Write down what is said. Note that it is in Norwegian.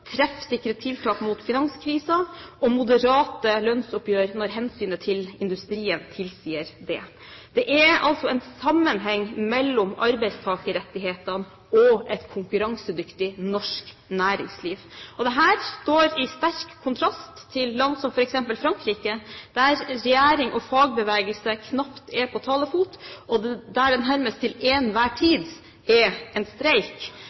treffsikre tiltak mot finanskrisen og moderate lønnsoppgjør når hensynet til industrien tilsier det. Det er altså en sammenheng mellom arbeidstakerrettighetene og et konkurransedyktig norsk næringsliv. Dette står i sterk kontrast til slik det er i land som f.eks. Frankrike, der regjering og fagbevegelse knapt er på talefot, og der det nærmest til enhver tid er en streik,